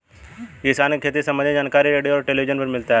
किसान को खेती सम्बन्धी जानकारी रेडियो और टेलीविज़न पर मिलता है